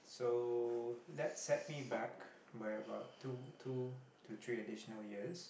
so that set me back by about two two to three additional years